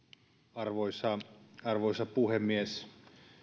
arvoisa arvoisa puhemies